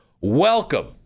welcome